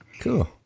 Cool